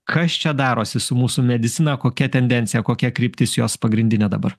kas čia darosi su mūsų medicina kokia tendencija kokia kryptis jos pagrindinė dabar